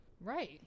Right